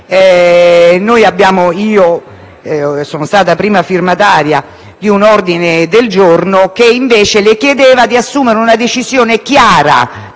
io sono stata prima firmataria di un ordine del giorno che le chiedeva di assumere una decisione chiara,